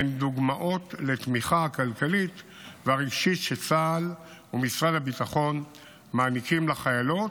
הן דוגמאות לתמיכה הכלכלית והרגשית שצה"ל ומשרד הביטחון מעניקים לחיילות